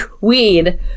Weed